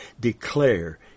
declare